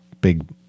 big